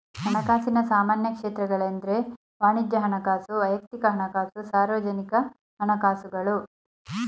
ಹಣಕಾಸಿನ ಸಾಮಾನ್ಯ ಕ್ಷೇತ್ರಗಳೆಂದ್ರೆ ವಾಣಿಜ್ಯ ಹಣಕಾಸು, ವೈಯಕ್ತಿಕ ಹಣಕಾಸು, ಸಾರ್ವಜನಿಕ ಹಣಕಾಸುಗಳು